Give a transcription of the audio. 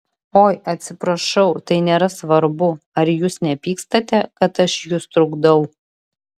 oi atsiprašau tai nėra svarbu ar jūs nepykstate kad aš jus trukdau